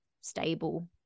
stable